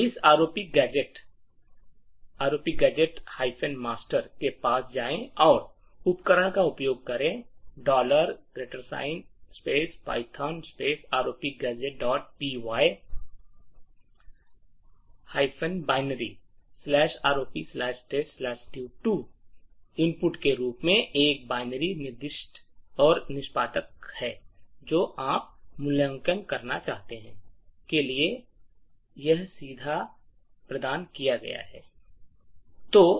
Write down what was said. इस ROPGadget master के पास जाएं और उपकरण का उपयोग करें python ROPgadgetpy binary ROPtesttut2 input के रूप में एक बाइनरी निर्दिष्ट और निष्पादक है जो आप मूल्यांकन करना चाहते है के लिए रास्ता प्रदान करते हैं